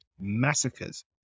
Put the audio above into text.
Massacres